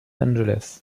angeles